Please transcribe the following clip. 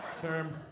term